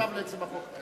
עכשיו לעצם החוק.